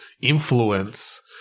influence